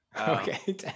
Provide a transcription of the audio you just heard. okay